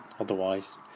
otherwise